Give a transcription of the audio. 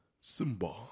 Simba